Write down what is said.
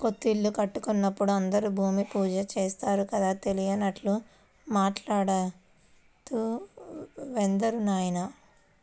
కొత్తిల్లు కట్టుకుంటున్నప్పుడు అందరూ భూమి పూజ చేత్తారు కదా, తెలియనట్లు మాట్టాడతావేందిరా నాయనా